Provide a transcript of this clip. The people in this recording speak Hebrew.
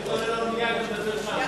היית עולה על האונייה ומדבר שם.